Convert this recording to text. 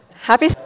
Happy